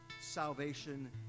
salvation